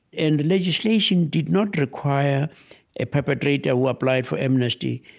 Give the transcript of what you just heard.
and the legislation did not require a perpetrator who applied for amnesty